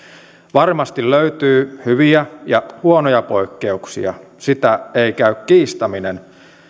varmasti löytyy hyviä ja huonoja poikkeuksia sitä ei käy kiistäminen